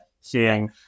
seeing